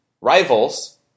rivals